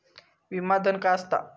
विमा धन काय असता?